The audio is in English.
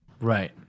right